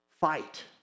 fight